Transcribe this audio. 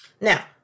Now